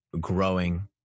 growing